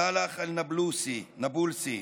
סלאח אל-נאבולסי,